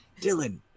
Dylan